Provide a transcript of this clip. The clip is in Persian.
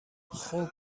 خوب